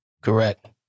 Correct